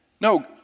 No